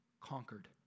conquered